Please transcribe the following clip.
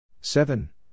Seven